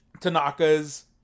Tanaka's